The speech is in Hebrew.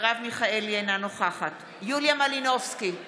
אינה נוכחת יוליה מלינובסקי קונין,